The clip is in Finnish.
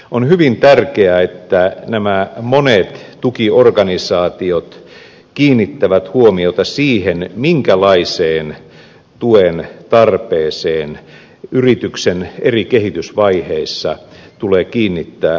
on hyvin tärkeää että nämä monet tukiorganisaatiot kiinnittävät huomiota siihen minkälaiseen tuen tarpeeseen yrityksen eri kehitysvaiheissa tulee kiinnittää huomiota